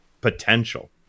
potential